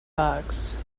bugs